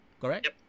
Correct